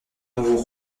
nouveau